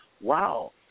wow